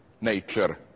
nature